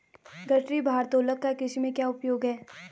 गठरी भारोत्तोलक का कृषि में क्या उपयोग है?